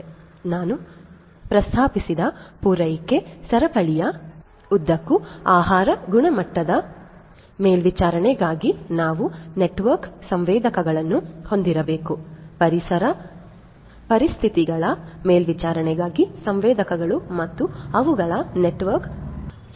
ಆದ್ದರಿಂದ ನಾನು ಪ್ರಸ್ತಾಪಿಸಿದ ಪೂರೈಕೆ ಸರಪಳಿಯ ಉದ್ದಕ್ಕೂ ಆಹಾರ ಗುಣಮಟ್ಟದ ಮೇಲ್ವಿಚಾರಣೆಗಾಗಿ ನಾವು ನೆಟ್ವರ್ಕ್ ಸಂವೇದಕಗಳನ್ನು ಹೊಂದಿರಬೇಕು ಪರಿಸರ ಪರಿಸ್ಥಿತಿಗಳ ಮೇಲ್ವಿಚಾರಣೆಗಾಗಿ ಸಂವೇದಕಗಳು ಮತ್ತು ಅವುಗಳ ನೆಟ್ವರ್ಕ್ ಸಂವೇದಕಗಳು